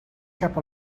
cap